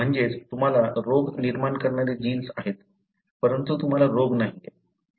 म्हणजेच तुम्हाला रोग निर्माण करणारे जीन्स आहेत परंतु तुम्हाला रोग नाहीये